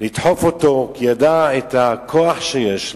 לדחוף אותו, כי ידע את הכוח שיש לו,